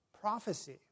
prophecy